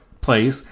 place